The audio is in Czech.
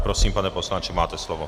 Prosím, pane poslanče, máte slovo.